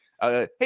hey